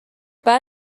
بعد